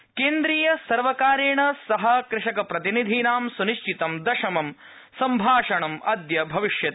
कृषक वार्ता केन्द्रीय सर्वकारेण सह कृषकप्रतिनिधीनां स्निश्चितं दशमं सम्भाषणं अद्य भविष्यति